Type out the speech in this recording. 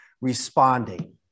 responding